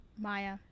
Maya